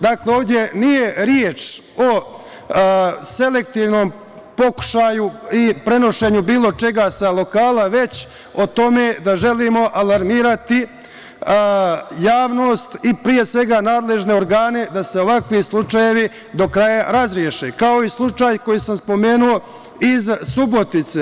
Dakle, ovde nije reč o selektivnom pokušaju i prenošenju bilo čega sa lokala, već o tome da želimo alarmirati javnost, pre svega nadležne organe, da se ovakvi slučajevi do kraja razreše, kao i slučaj koji sam spomenuo iz Subotice.